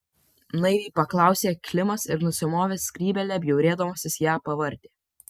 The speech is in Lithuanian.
naiviai paklausė klimas ir nusimovęs skrybėlę bjaurėdamasis ją pavartė